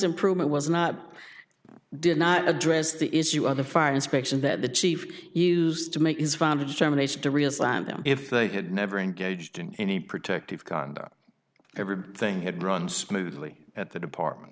improvement was not did not address the issue of the fire inspection that the chief used to make his founder determination to reassign them if they had never engaged in any protective conduct every thing had run smoothly at the department